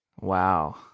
Wow